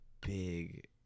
big